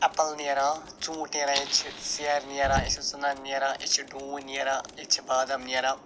apple نیران ژوٗنٛٹھۍ نیران ییٚتہِ چھِ ژیرٕ نیران أسۍ چھِ ژٕنن نیران أسۍ چھِ ڈوٗنۍ نیران ییٚتہِ چھِ بادم نیران